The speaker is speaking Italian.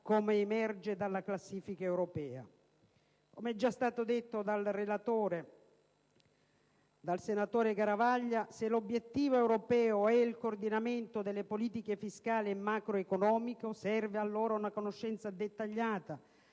Come è già stato detto dal relatore, senatore Garavaglia, se l'obiettivo europeo è il coordinamento delle politiche fiscali e macroeconomiche, allora serve una conoscenza dettagliata